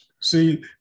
See